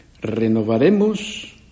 renovaremos